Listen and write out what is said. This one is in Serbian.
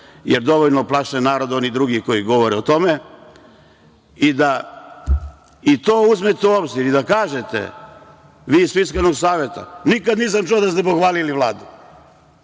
jer dovoljno plaše narod oni drugi koji govore o tome. I to uzmite u obzir i kažite, vi iz Fiskalnog saveta… Nikad nisam čuo da ste pohvalili Vladu. Ja